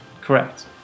correct